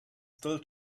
still